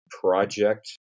project